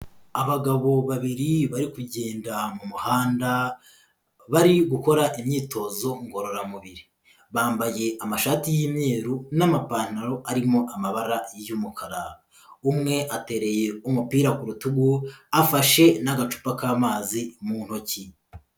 Abagabo babiri bari kugenda mu muhanda, bari gukora imyitozo ngororamubiri, bambaye amashati y'imyeru n'amapantaro arimo amabara y'umukara, umwe atereye umupira ku rutugu, afashe n'agacupa k'amazi mu ntoki.